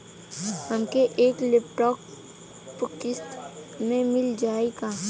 हमके एक लैपटॉप किस्त मे मिल जाई का?